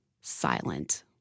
silent